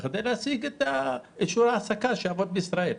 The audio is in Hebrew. כדי להשיג אישור ההעסקה לעבוד בישראל.